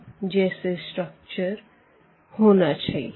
यहाँ इस स्टेप जैसा स्ट्रक्चर होना चाहिए